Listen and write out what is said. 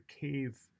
cave